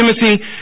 Timothy